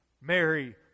Mary